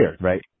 right